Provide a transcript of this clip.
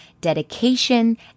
dedication